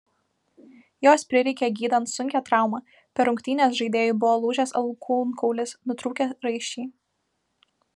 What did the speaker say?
jos prireikė gydant sunkią traumą per rungtynes žaidėjui buvo lūžęs alkūnkaulis nutrūkę raiščiai